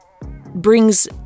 brings